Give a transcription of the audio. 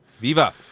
viva